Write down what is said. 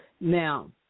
Now